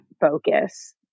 focus